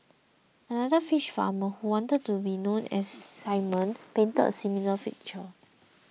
another fish farmer who only wanted to be known as Simon painted a similar picture